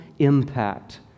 impact